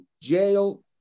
jail